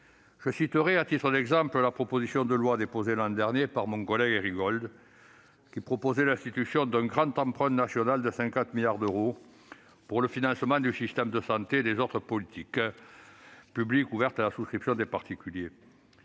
Je citerai, à titre d'exemple, la proposition de loi déposée l'an dernier par mon collègue Éric Gold, qui prévoyait l'institution d'un grand emprunt national de 50 milliards d'euros pour le financement du système de santé et des autres politiques publiques. Cet emprunt aurait été ouvert à la souscription des particuliers.